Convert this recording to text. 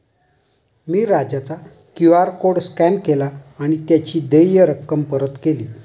मी राजाचा QR code scan केला आणि त्याची देय रक्कम परत केली